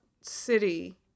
city